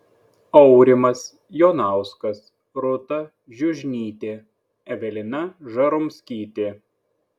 aurimas jonauskas rūta žiužnytė evelina žaromskytė